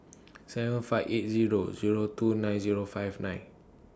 seven five eight Zero Zero two nine Zero five nine